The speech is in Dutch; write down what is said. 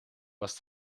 was